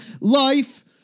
life